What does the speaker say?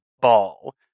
ball